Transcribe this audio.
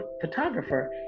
photographer